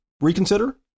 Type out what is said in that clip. reconsider